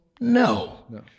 No